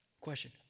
question